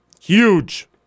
huge